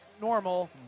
normal